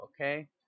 okay